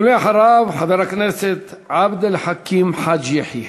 ואחריו, חבר הכנסת עבד אל חכים חאג' יחיא.